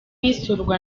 isurwa